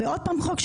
וגם זה חוק,